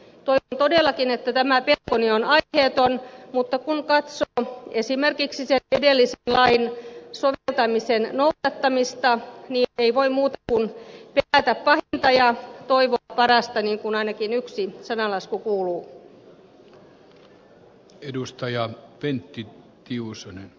toivon todellakin että tämä pelkoni on aiheeton mutta kun katsoo esimerkiksi edellisen lain soveltamisen noudattamista niin ei voi muuta kuin pelätä pahinta ja toivoa parasta niin kuin ainakin yksi sananlasku kuuluu